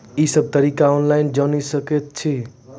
ई सब तरीका ऑनलाइन जानि सकैत छी?